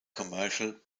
commercial